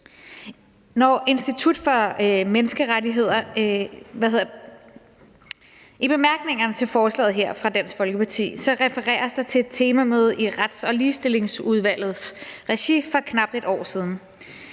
I bemærkningerne til forslaget fra Dansk Folkeparti refereres der til et temamøde i Retsudvalget og i Ligestillingsudvalget regi for knap et år siden.